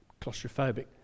claustrophobic